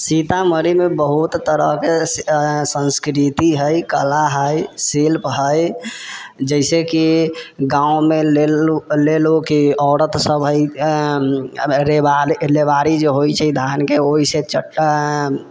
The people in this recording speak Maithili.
सीतामढ़ीमे बहुत तरहके सन्स्कृति हइ कला हइ शिल्प हइ जाहिसे कि गाँवमे लेलू कि औरत सभ हइ लेबारि जे होइ छै धानके ओहिसे चटा